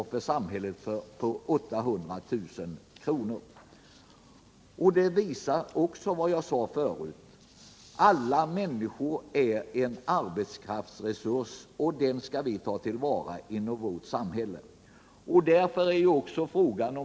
och för samhället på 800 000 kr. Detta visar också, som jag redan sagt, att alla människor är en arbetskraftsresurs, som vi bör ta till vara.